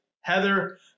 Heather